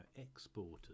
exporters